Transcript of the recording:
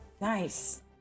Nice